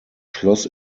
schloss